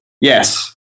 Yes